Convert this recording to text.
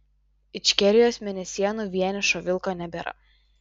ičkerijos mėnesienų vienišo vilko nebėra